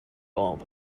bulb